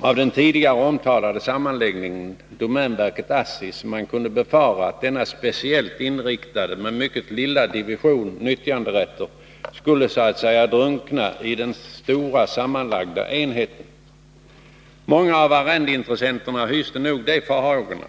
av den tidigare nämnda sammanläggningen av domänverket och ASSI som man kunde befara att denna speciellt inriktade, men mycket lilla, division nyttjanderätter skulle så att säga drunkna i den stora sammanlagda enheten. Många av arrendeintressenterna hyste nog de farhågorna.